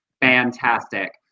fantastic